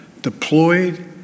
deployed